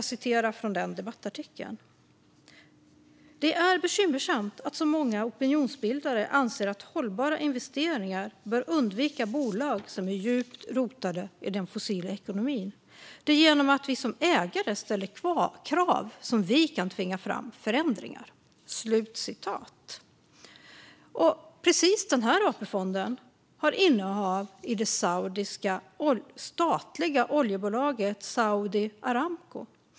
Jag citerar ur den artikeln: Det är "bekymmersamt att så många opinionsbildare anser att hållbara investerare bör undvika bolag som är djupt rotade i den fossila ekonomin. Det är genom att vi som ägare ställer krav som vi kan tvinga fram förändringar." Just denna AP-fond har innehav i det saudiska statliga oljebolaget Saudi Aramco.